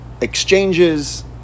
exchanges